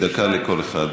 תהיה דקה לכל אחד.